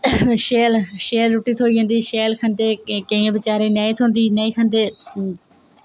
शैल शैल रुट्टी थ्होई जंदी शैल खंदे केइयें बचैरे नेईं थ्होंदी नेईं खंदे